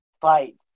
fight